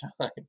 time